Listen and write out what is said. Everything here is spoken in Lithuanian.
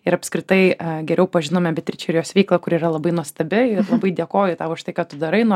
ir apskritai geriau pažinome beatričę ir jos veiklą kuri yra labai nuostabi ir labai dėkoju tau už tai ką tu darai nuo